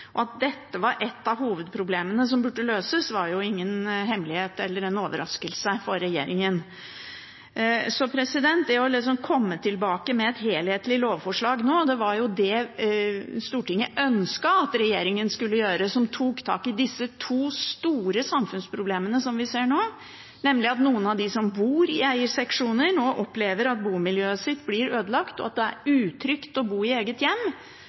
forslag. At dette var et av hovedproblemene som burde løses, var ingen hemmelighet eller overraskelse for regjeringen. Det å komme tilbake med et helhetlig lovforslag nå var hva Stortinget ønsket at regjeringen skulle gjøre – et lovforslag som tok tak i de to store samfunnsproblemene vi ser nå, nemlig at noen av dem som bor i eierseksjoner, opplever at bomiljøet deres blir ødelagt og at det er utrygt å bo i eget hjem,